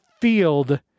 field